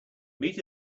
meet